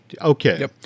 Okay